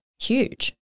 huge